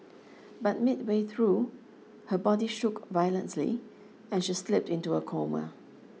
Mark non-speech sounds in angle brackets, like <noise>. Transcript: <noise> but midway through her body shook violently and she slipped into a coma